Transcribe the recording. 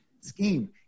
scheme